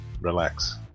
Relax